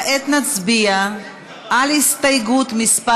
כעת נצביע על הסתייגות מס'